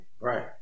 Right